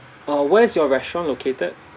uh where's your restaurant located